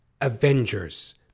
Avengers